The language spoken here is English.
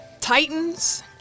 Titans